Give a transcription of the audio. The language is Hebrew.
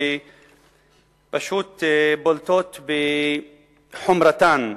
שבולטות בחומרתן,